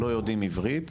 שלא יודעים עברית,